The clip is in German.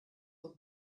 von